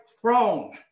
throne